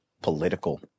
political